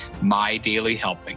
MyDailyHelping